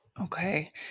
Okay